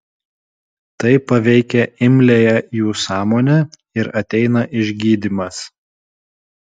tai paveikia imliąją jų sąmonę ir ateina išgydymas